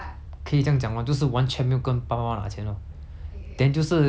then 就是那个 children home 的 I mean err